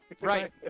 Right